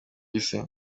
isi